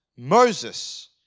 Moses